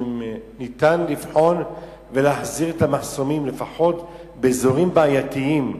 אם ניתן לבחון ולהחזיר את המחסומים לפחות באזורים בעייתיים,